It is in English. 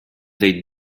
they